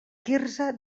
quirze